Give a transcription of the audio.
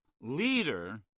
leader